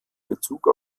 bezug